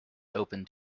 open